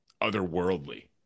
otherworldly